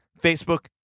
Facebook